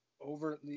overly